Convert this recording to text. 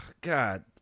God